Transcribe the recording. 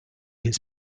his